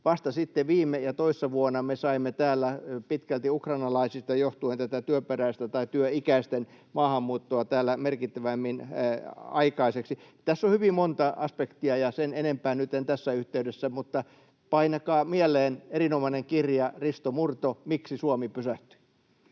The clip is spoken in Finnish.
Vasta sitten viime ja toissa vuonna me saimme täällä, pitkälti ukrainalaisista johtuen, tätä työikäisten maahanmuuttoa merkittävämmin aikaiseksi. Tässä on hyvin monta aspektia, ja sen enempää nyt en tässä yhteydessä, mutta painakaa mieleen erinomainen kirja: Risto Murto, Miksi Suomi pysähtyi?